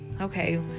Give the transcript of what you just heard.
okay